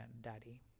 Daddy